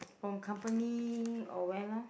from company or where lor